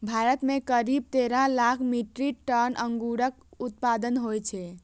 भारत मे करीब तेइस लाख मीट्रिक टन अंगूरक उत्पादन होइ छै